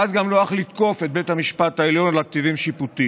ואז גם נוח לתקוף את בית המשפט העליון על אקטיביזם שיפוטי,